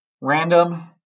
Random